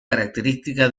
característica